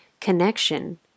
connection